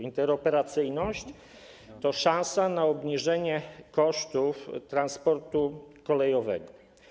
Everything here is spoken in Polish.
Interoperacyjność to szansa na obniżenie kosztów transportu kolejowego.